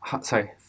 Sorry